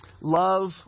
Love